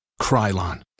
Krylon